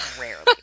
Rarely